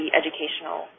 educational